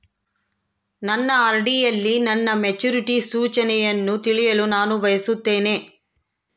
ನನ್ನ ಆರ್.ಡಿ ಯಲ್ಲಿ ನನ್ನ ಮೆಚುರಿಟಿ ಸೂಚನೆಯನ್ನು ತಿಳಿಯಲು ನಾನು ಬಯಸುತ್ತೇನೆ